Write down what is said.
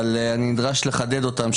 אבל אני נדרש לחדד אותם.